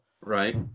right